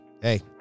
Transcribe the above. hey